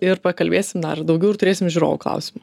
ir pakalbėsim dar daugiau ir turėsim žiūrovų klausimų